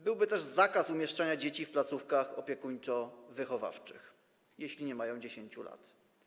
Byłby też zakaz umieszczania dzieci w placówkach opiekuńczo-wychowawczych, jeśli nie mają 10 lat.